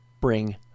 bring